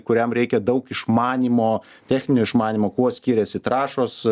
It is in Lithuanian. kuriam reikia daug išmanymo techninio išmanymo kuo skiriasi trąšos